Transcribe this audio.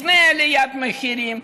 לפני עליית המחירים.